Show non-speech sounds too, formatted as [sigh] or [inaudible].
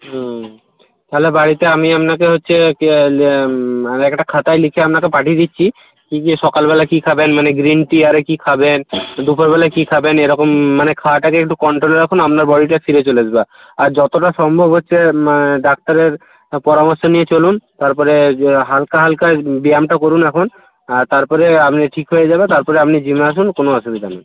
হুম তাহলে বাড়িতে আমি আপনাকে হচ্ছে [unintelligible] একটা খাতায় লিখে আপনাকে পাঠিয়ে দিচ্ছি কী কী সকালবেলা কী খাবেন মানে গ্রিন টি আরে কী খাবেন দুপুরবেলায় কী খাবেন এরকম মানে খাওয়াটাকে একটু কনট্রোলে রাখুন আপনার বডিটা ফিরে চলে আসবে আর যতটা সম্ভব হচ্ছে ডাক্তারের পরামর্শ নিয়ে চলুন তারপরে হালকা হালকা ব্যায়ামটা করুন এখন আর তারপরে আপনি ঠিক হয়ে যাবে তারপরে আপনি জিমে আসুন কোনো অসুবিধা নেই